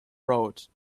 road